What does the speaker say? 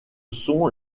sont